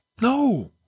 No